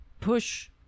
push